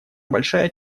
большая